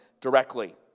directly